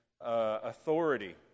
authority